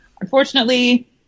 unfortunately